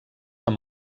amb